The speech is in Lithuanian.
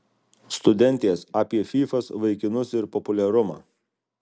studentės apie fyfas vaikinus ir populiarumą